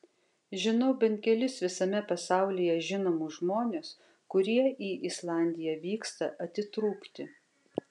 žinau bent kelis visame pasaulyje žinomus žmones kurie į islandiją vyksta atitrūkti